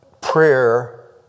prayer